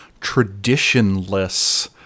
traditionless